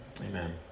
amen